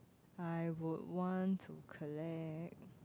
I would want to collect